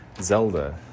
Zelda